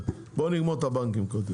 בואו נגמור את הבנקים.